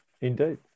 indeed